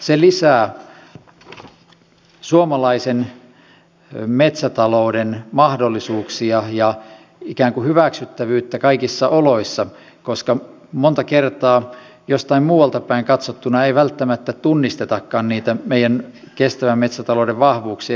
se lisää suomalaisen metsätalouden mahdollisuuksia ja ikään kuin hyväksyttävyyttä kaikissa oloissa koska monta kertaa jostain muualta päin katsottuna ei välttämättä tunnistetakaan niitä meidän kestävän metsätalouden vahvuuksia